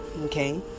okay